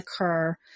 occur